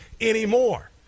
anymore